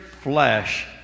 flesh